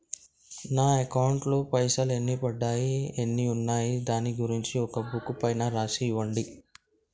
నా అకౌంట్ లో పైసలు ఎన్ని పడ్డాయి ఎన్ని ఉన్నాయో దాని గురించి ఒక బుక్కు పైన రాసి ఇవ్వండి?